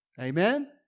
Amen